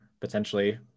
potentially